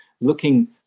looking